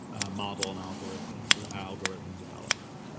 model and algorithmic through algorithms development,